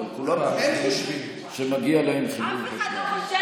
אבל כולם חושבים שמגיע להם חיבור חשמל.